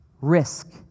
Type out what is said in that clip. risk